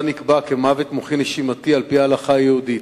נקבע כמוות מוחי-נשימתי על-פי ההלכה היהודית.